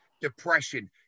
depression